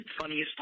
funniest